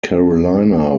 carolina